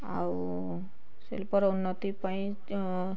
ଆଉ ଶିଳ୍ପର ଉନ୍ନତି ପାଇଁ